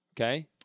okay